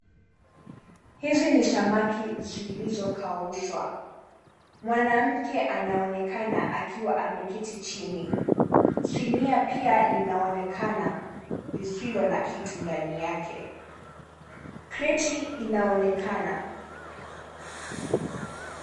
Hizi ni samaki zilizokaushwa. Mwanamke anaonekana akiwa ameketi chini. Sinia pia linaonekana lisilo na kitu ndani yake. Kreti inaonekana.